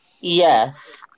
Yes